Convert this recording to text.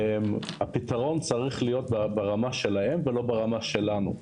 הפתרון צריך להיות ברמה שלהם, ולא ברמה שלנו.